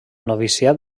noviciat